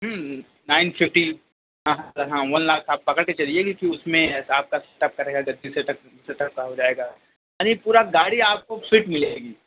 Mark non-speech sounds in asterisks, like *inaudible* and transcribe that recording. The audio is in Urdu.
ہوں ہوں نائن ففٹی ہاں ہاں سر ون لاکھ آپ پکڑ کے چلیے کیوںکہ اس میں جیسے آپ کا سیٹ اپ کا رہے گا *unintelligible* سیٹ اپ سیٹ اپ کا ہو جائے گا یعنی گاڑی آپ کو فٹ ملے گی